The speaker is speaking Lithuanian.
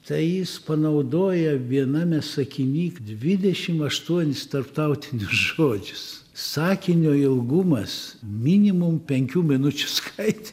tai jis panaudoja viename sakiny dvidešimt aštuonis tarptautinius žodžius sakinio ilgumas minimum mums penkių minučių skait